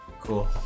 Cool